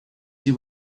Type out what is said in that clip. see